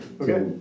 Okay